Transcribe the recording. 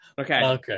Okay